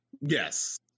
yes